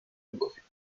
negocios